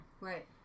Right